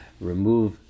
remove